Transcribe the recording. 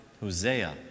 Hosea